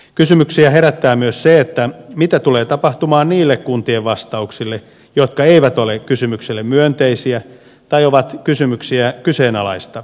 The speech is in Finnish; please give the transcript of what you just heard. kysymyksiä herättää myös se mitä tulee tapahtumaan niille kuntien vastauksille jotka eivät ole kysymyksille myönteisiä tai ovat kysymyksiä kyseenalaistavia